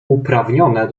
uprawnione